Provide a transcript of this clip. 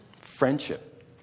Friendship